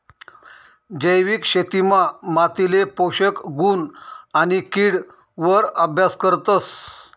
जैविक शेतीमा मातीले पोषक गुण आणि किड वर अभ्यास करतस